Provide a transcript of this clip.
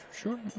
Sure